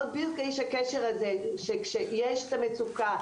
להיות איש הקשר הזה שכשיש את המצוקה,